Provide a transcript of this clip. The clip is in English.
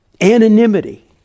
anonymity